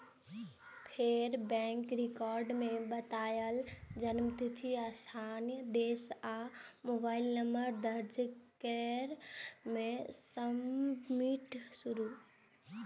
फेर bank record मे बतायल जन्मतिथि, स्थान, देश आ मोबाइल नंबर दर्ज कैर के सबमिट करू